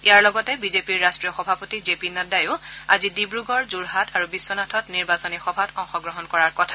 ইয়াৰ লগতে বিজেপিৰ ৰাষ্ট্ৰীয় সভাপতি জে পি নাড্ডায়ো আজি ডিব্ৰুগড় যোৰহাট আৰু বিশ্বনাথত নিৰ্বাচনী সভাত অংশগ্লহণ কৰাৰ কথা